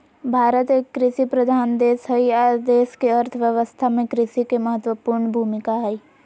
भारत एक कृषि प्रधान देश हई आर देश के अर्थ व्यवस्था में कृषि के महत्वपूर्ण भूमिका हई